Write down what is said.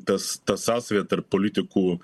tas ta sąsaja tarp politikų